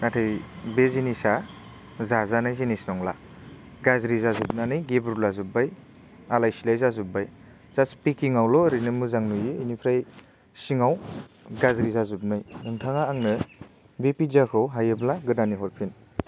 नाथाय बे जिनिसआ जाजानाय जिनिस नंला गाज्रि जाजोबनानै गेब्रुलाजोबबाय आलाय सिलाय जाजोबबाय जास्ट पेकिंआवल' ओरैनो मोजां नुयो बिनिफ्राय सिंआव गाज्रि जाजोबनाय नोंथाङा आंनो बे पिज्जाखौ हायोब्ला गोदानै हरफिन